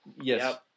Yes